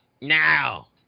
Now